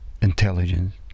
intelligence